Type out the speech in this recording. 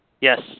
Yes